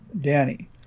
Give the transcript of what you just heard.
Danny